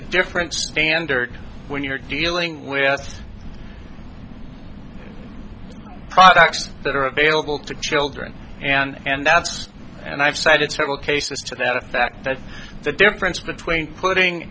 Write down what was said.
a different standard when you're dealing with products that are available to children and that's and i've cited several cases to that effect that's the difference between putting